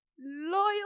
loyal